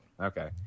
okay